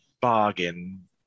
bargain